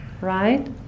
right